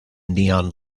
neon